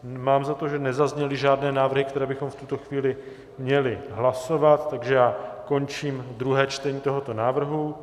Mám za to, že nezazněly žádné návrhy, které bychom v tuto chvíli měli hlasovat, takže končím druhé čtení tohoto návrhu.